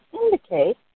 indicate